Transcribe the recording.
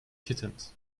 kittens